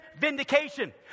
vindication